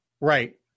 Right